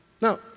Now